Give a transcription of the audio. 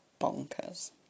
bonkers